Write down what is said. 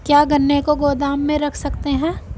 क्या गन्ने को गोदाम में रख सकते हैं?